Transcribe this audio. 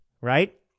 right